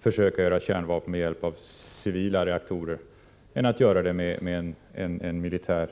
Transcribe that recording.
försöka göra kärnvapen med hjälp av civila reaktorer än med militära.